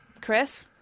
Chris